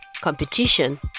competition